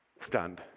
stunned